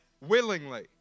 willingly